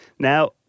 Now